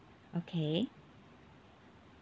okay